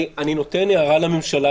אני נותן הערה לממשלה,